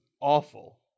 awful